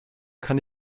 kann